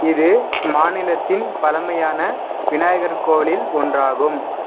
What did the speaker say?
இது மாநிலத்தின் பழமையான விநாயகர் கோயிலில் ஒன்றாகும்